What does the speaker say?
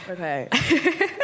Okay